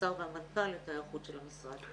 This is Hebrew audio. מהשר ומהמנכ"ל את היערכות של המשרד.